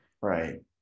Right